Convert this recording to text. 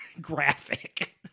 graphic